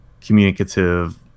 communicative